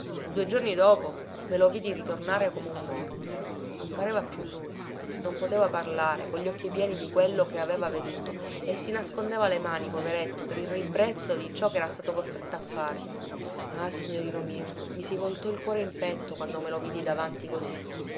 due giorni dopo me lo vidi ritornare come un morto non pareva più lui non poteva parlare con gli occhi pieni di quello che aveva veduto e si nascondeva le mani poveretto per il ribrezzo di ciò chera stato costretto a fare ah signorino mio mi si voltò il cuore in petto quando me lo vidi davanti così